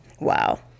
Wow